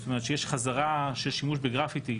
זאת אומרת שיש חזרה של שימוש בגרפיטי,